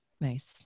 Nice